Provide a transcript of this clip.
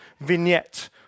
vignette